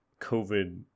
covid